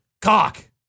Cock